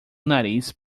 nariz